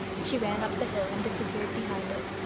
she ran up the hill and disappeared behind it.